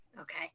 Okay